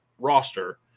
roster